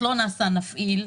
לא נעשה נפעיל,